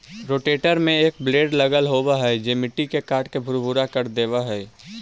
rotator में एक blade लगल होवऽ हई जे मट्टी के काटके भुरभुरा कर देवऽ हई